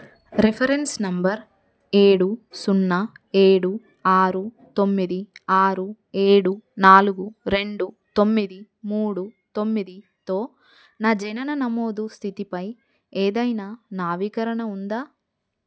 reference number ఏడు సున్నా ఏడు ఆరు తొమ్మిది ఆరు ఏడు నాలుగు రెండు తొమ్మిది మూడు తొమ్మిదితో నా జనన నమోదు స్థితిపై ఏదైనా నవీకరణ ఉందా